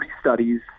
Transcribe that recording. studies